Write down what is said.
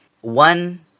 one